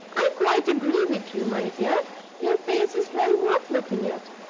i quite agree with you, my dear your face is well worth looking at.